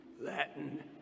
Latin